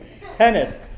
Tennis